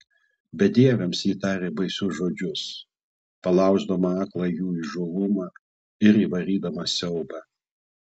bedieviams ji tarė baisius žodžius palauždama aklą jų įžūlumą ir įvarydama siaubą